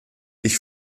ich